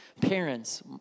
parents